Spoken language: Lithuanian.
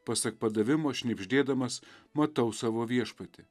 pasak padavimo šnibždėdamas matau savo viešpatį